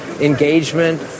Engagement